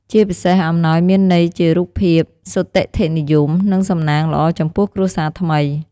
ជាពិសេសអំណោយមានន័យជារូបភាព សុទិដ្ឋិនិយម និងសំណាងល្អចំពោះគ្រួសារថ្មី។